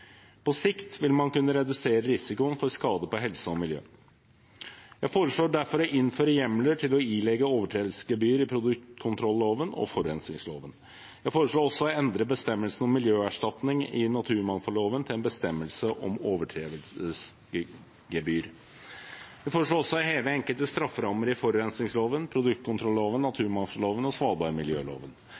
På sikt vil man kunne redusere risikoen for skade på helse og miljø. Jeg foreslår derfor å innføre hjemler til å ilegge overtredelsesgebyr i produktkontrolloven og forurensningsloven. Jeg foreslår også å endre bestemmelsen om miljøerstatning i naturmangfoldloven til en bestemmelse om overtredelsesgebyr. Jeg foreslår også å heve enkelte strafferammer i forurensningsloven, produktkontrolloven, naturmangfoldloven og svalbardmiljøloven.